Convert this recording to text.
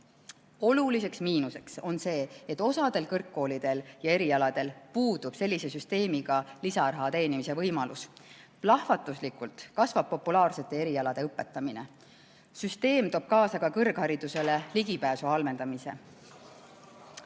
Oluline miinus on see, et osal kõrgkoolidel ja erialadel puudub sellise süsteemi korral lisaraha teenimise võimalus. Plahvatuslikult kasvab populaarsete erialade õpetamine. Süsteem toob kaasa ka kõrgharidusele ligipääsu halvendamise.